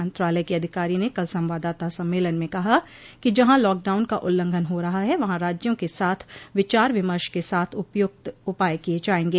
मंत्रालय की अधिकारी ने कल संवाददाता सम्मेलन में कहा कि जहां लॉकडाउन का उल्लंघन हो रहा है वहां राज्यों के साथ विचार विमर्श के साथ उपयूक्त उपाय किए जायेंगे